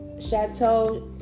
Chateau